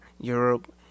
Europe